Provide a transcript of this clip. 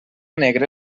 negre